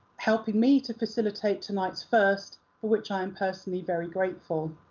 helping me to facilitate tonight's first, for which i am personally very grateful.